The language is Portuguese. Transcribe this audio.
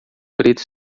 preto